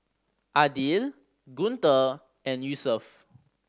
Aidil Guntur and Yusuf